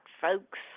folks